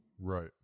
right